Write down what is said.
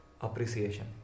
appreciation